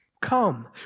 Come